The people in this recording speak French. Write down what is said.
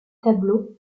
tableau